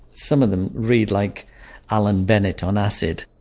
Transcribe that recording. some of them read like alan bennett on acid.